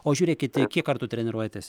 o žiūrėkite kiek kartų treniruojatės